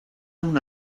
una